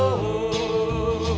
so